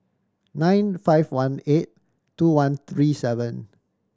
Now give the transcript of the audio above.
nine five one eight two one three seven